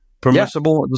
permissible